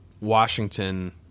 washington